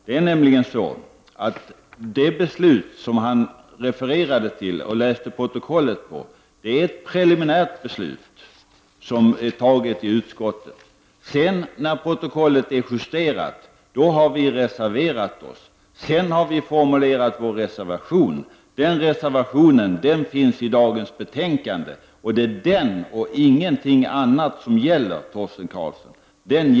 Det är nämligen så att det beslut som han refererade till genom att återge en protokollsanteckning var preliminärt antaget i utskottet. Efter det att protokollet har justerats har vi reserverat oss, och sedan har vi formulerat vår reservation. Reservationen har fogats vid dagens betänkande, och det är den och ingenting annat som gäller, Torsten Karlsson.